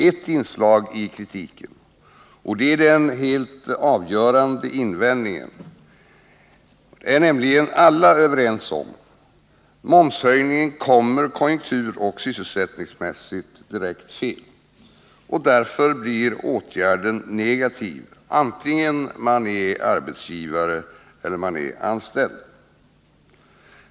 Ett inslag i kritiken — och det är den helt avgörande invändningen — är nämligen alla överens om: Momshöjningen kommer konjunkturoch sysselsättningsmässigt direkt fel. Därför blir åtgärden negativ vare sig man är arbetsgivare eller anställd.